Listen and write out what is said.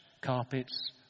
Carpets